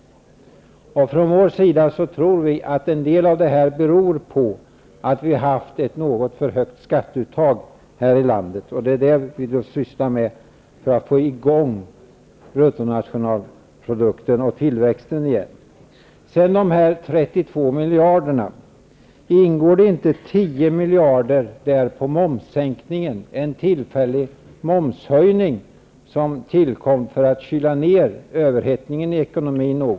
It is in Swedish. Från kds tror vi att det till en del beror på att vi haft ett något för högt skatteuttag här i landet. Det är detta skatteuttag vi ägnar oss åt för få i gång bruttonationalprodukten och tillväxten igen. Sedan till dessa 32 miljarder. Ingår det inte i detta belopp 10 miljarder i form av en tillfällig momshöjning som tillkom för att något kyla ner överhettningen i ekonomin?